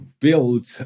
build